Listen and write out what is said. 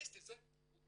וסטי זה מותג.